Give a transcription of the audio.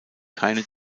keine